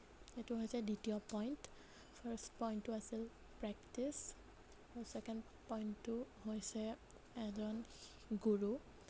এইটো হৈছে দ্বিতীয় পইণ্ট ফাৰ্ষ্ট পইণ্টটো আছিল প্ৰেক্টিছ আৰু চেকেণ্ড পইণ্টটো হৈছে এজন গুৰু